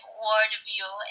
worldview